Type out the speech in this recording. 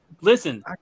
listen